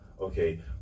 okay